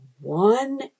one